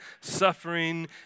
suffering